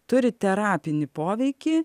turi terapinį poveikį